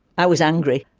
i was angry.